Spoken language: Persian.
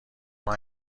حالا